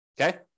Okay